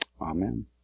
Amen